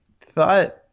thought